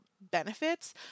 benefits